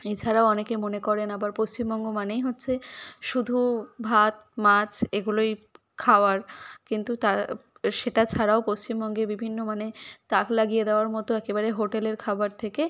এছাড়াও অনেকে মনে করেন আবার পশ্চিমবঙ্গ মানেই হচ্ছে শুধু ভাত মাছ এগুলোই খাওয়ার কিন্তু তা সেটা ছাড়াও পশ্চিমবঙ্গে বিভিন্ন মানে তাক লাগিয়ে দেওয়ার মতো একেবারে হোটেলের খাবার থেকে